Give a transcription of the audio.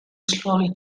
slowly